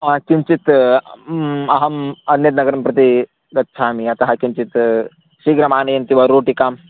किञ्चित् अहं अन्यत् नगरं प्रति गच्छामि अतः किञ्चित् शीघ्रम् आनयन्ति वा रोटिकां